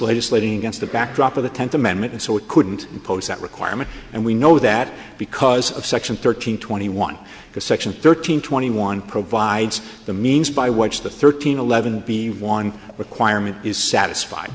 legislating against the backdrop of the tenth amendment and so it couldn't impose that requirement and we know that because of section thirteen twenty one because section thirteen twenty one provides the means by which the thirteen eleven b one requirement is satisfied